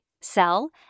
sell